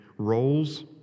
roles